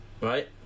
Right